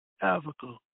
Africa